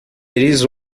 três